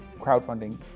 crowdfunding